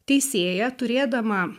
teisėja turėdama